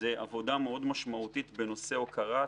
עבודה משמעותית מאוד בנושא הוקרה,